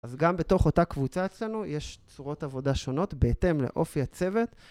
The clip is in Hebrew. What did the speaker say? אז גם בתוך אותה קבוצה שלנו יש צורות עבודה שונות בהתאם לאופי הצוות.